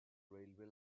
railway